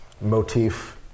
motif